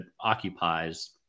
occupies